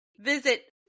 visit